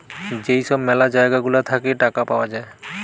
যেই সব ম্যালা জায়গা গুলা থাকে টাকা পাওয়া যায়